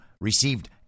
received